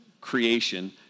creation